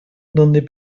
donde